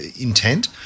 intent